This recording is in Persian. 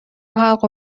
حلق